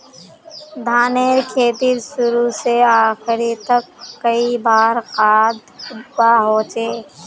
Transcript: धानेर खेतीत शुरू से आखरी तक कई बार खाद दुबा होचए?